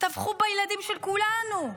טבחו בילדים של כולנו.